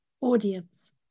audience